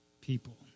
people